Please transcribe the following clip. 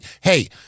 hey